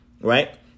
right